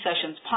sessions